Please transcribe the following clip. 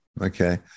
okay